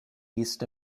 east